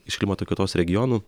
iš klimato kaitos regionų